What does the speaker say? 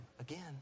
again